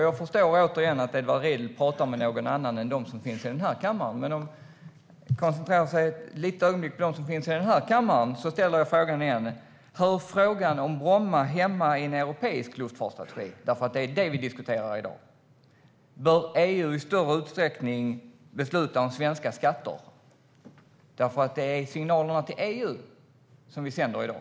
Jag förstår att Edward Riedl talar till andra än dem som finns här i kammaren, men om vi koncentrerar oss ett litet ögonblick på dem ställer jag åter frågan: Hör frågan om Bromma hemma i en europeisk luftfartsstrategi? Det är detta vi diskuterar här i dag. Bör EU i större utsträckning besluta om svenska skatter? Det är signalerna till EU som vi sänder i dag.